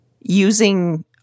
using